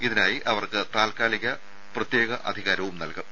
ഇതിനായി അവർക്ക് താൽക്കാലികമായി പ്രത്യേക അധികാരം നൽകും